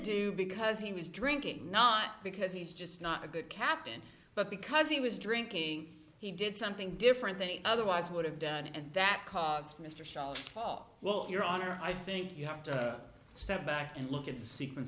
do because he was drinking not because he's just not a good captain but because he was drinking he did something different than he otherwise would have done and that caused mr shall fall well your honor i think you have to step back and look at the sequence